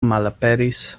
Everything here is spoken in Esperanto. malaperis